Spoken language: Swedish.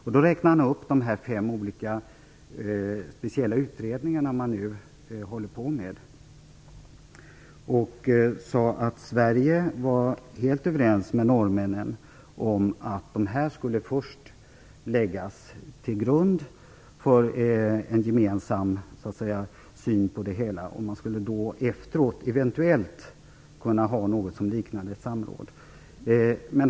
Han räknade då upp de fem olika speciella utredningar man nu håller på med. Han sade att Sverige var helt överens med Norge om att dessa utredningar först skulle läggas till grund för en gemensam syn på det hela. Man skulle efteråt, eventuellt, kunna ha något som liknade ett samråd.